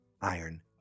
Iron